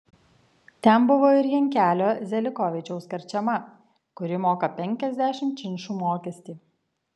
ten buvo ir jankelio zelikovičiaus karčema kuri moka penkiasdešimt činšų mokestį